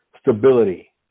stability